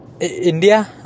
India